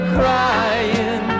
crying